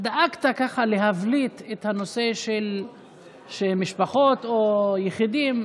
עוד נקודה, חבר הכנסת אופיר אקוניס.